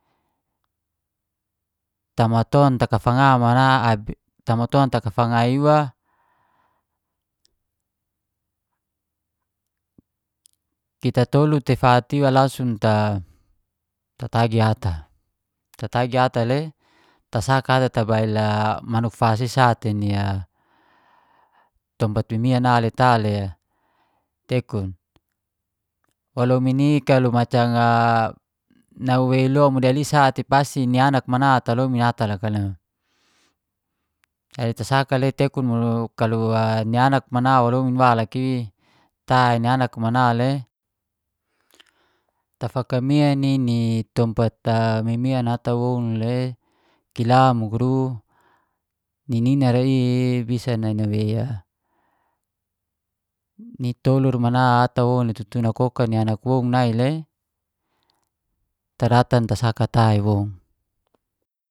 Tamaton takafanga mana abi, tamaton takafanga iwa kita tolu te fat iwa langsung ta tatagi ata. Tatagi ata le, tasaka ata tabail a manuk fasa i sate nia tompat mimian ta le tekun. Walomin i kalau macam a nawei lo model i sate pasti ni anak mana ata lomin ata loka li. Jadi tasaka le tekun kalau a ni anak mana walomin wa laki ta ni anak mala le tafakamian nini tompat mimian ata woun le kila muguru ni nina ra i, bisa nanawei a ni tolur mana ata wowoun tutu nakoka ni anak woun nai le taratan tasa ta iwoun.